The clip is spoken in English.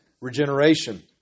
regeneration